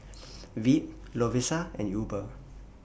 Veet Lovisa and Uber